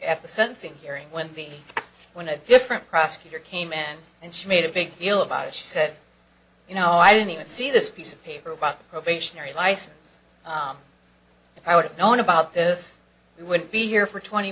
at the sentencing hearing when he went to a different prosecutor came in and she made a big deal about it she said you know i don't even see this piece of paper about probationary license if i would have known about this we wouldn't be here for twenty